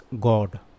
god